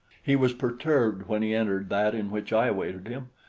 he was perturbed when he entered that in which i awaited him,